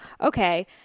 okay